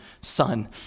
son